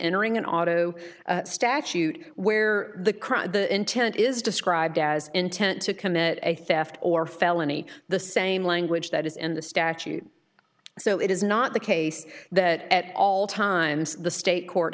entering an auto statute where the crowd the intent is described as intent to commit a theft or felony the same language that is in the statute so it is not the case that at all times the state court